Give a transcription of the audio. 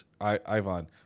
Ivan